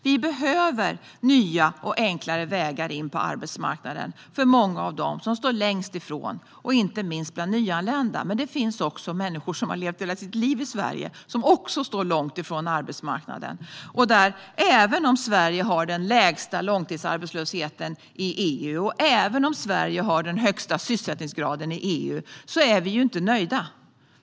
Vi behöver nya och enklare vägar in på arbetsmarknaden för många av dem som står längst ifrån den, inte minst nyanlända. Men det finns människor som har levt hela sitt liv i Sverige och som också står långt ifrån arbetsmarknaden. Även om Sverige har den lägsta långtidsarbetslösheten i EU och även om Sverige har den högsta sysselsättningsgraden i EU är vi inte nöjda.